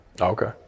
Okay